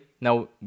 Now